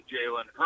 Jalen